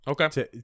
Okay